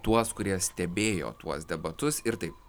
tuos kurie stebėjo tuos debatus ir taip